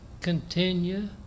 continue